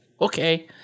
okay